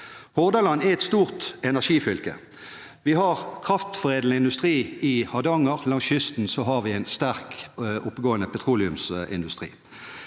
Hordaland er et stort energifylke. Vi har kraftforedlende industri i Hardanger. Langs kysten har vi en sterk og oppegående petroleumsindustri.